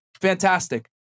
fantastic